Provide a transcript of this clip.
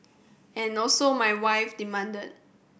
and also my wife demanded